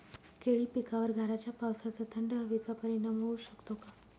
केळी पिकावर गाराच्या पावसाचा, थंड हवेचा परिणाम होऊ शकतो का?